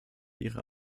ihrer